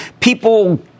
people